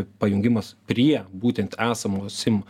pajungimas prie būtent esamos sim